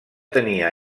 tenia